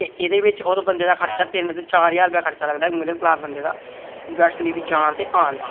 ते इस बिच उस बंदे दा खर्चा तीन चार खर्चा लगदा ऐ मिडिल क्लॉस बंदे दा नैष्णो देवी आन दा ते जान दा